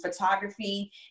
photography